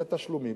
את התשלומים,